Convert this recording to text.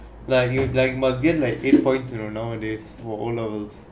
like must gain like eight point zero nowadays for O levels